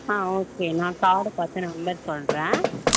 ஆ okay நான் card பார்த்து number சொல்லுறேன்